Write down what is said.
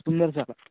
Sundarshala